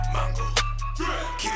Mango